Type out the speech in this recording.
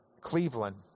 Cleveland